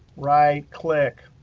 right-click,